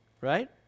Right